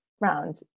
round